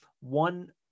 one